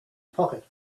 pocket